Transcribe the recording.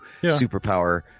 superpower